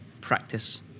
practice